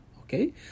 okay